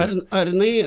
ar ar jinai